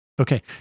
Okay